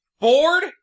Bored